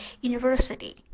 university